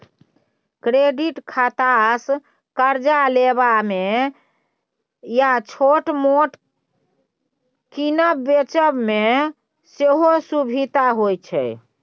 credit खातासँ करजा लेबा मे या छोट मोट कीनब बेचब मे सेहो सुभिता होइ छै